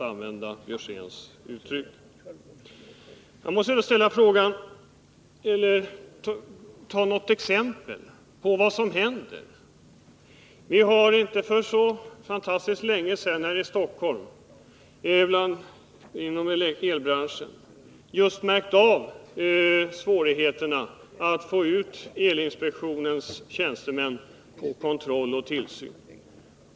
Jag måste ge något exempel på vad som händer. Vi har för inte så fantastiskt länge sedan här i Stockholm inom elbranschen just märkt av svårigheterna att få ut elinspektionens tjänstemän på kontroll och tillsyn.